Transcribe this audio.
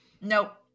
Nope